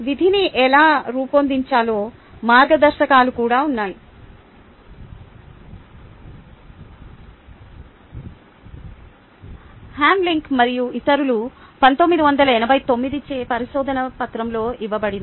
విధిని ఎలా రూపొందించాలో మార్గదర్శకాలు కూడా ఉన్నాయి హామెలింక్ మరియు ఇతరులు 1989 చే పరిశోధన పత్రంలో ఇవ్వబడింది